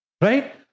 Right